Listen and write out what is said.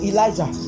Elijah